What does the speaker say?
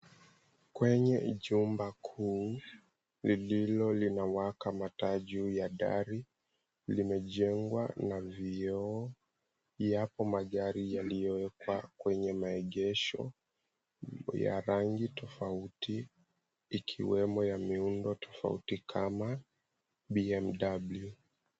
Kwenye jumba kuu lililo linawaka mataa juu ya dari limejengwa na vioo, yapo magari yaliyowekwa kwenye maegesho ya rangi tofauti ikiwemo ya miundo tofauti kama BMW.